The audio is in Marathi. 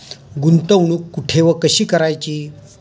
गुंतवणूक कुठे व कशी करायची?